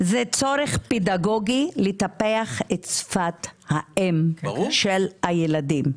צורך פדגוגי לטפח את שפת האם של הילדים.